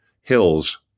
hills